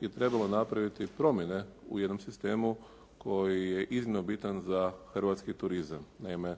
je trebalo napraviti promjene u jednom sistemu koji je iznimno bitan za hrvatski turizam. Naime,